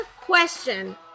question